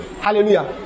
Hallelujah